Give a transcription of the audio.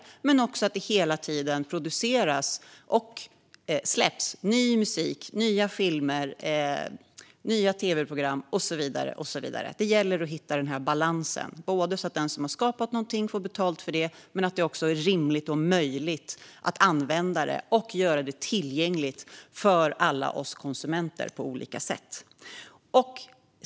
Vi vill också se till att det hela tiden produceras och släpps ny musik, nya filmer, nya tv-program och så vidare. Det gäller att hitta balansen. Den som har skapat någonting ska få betalt för det, men det ska också vara rimligt och möjligt att använda det och göra det tillgängligt för alla konsumenter på olika sätt.